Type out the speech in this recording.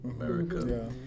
America